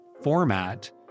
format